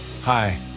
Hi